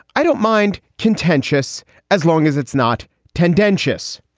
i don't mind contentious as long as it's not tendentious,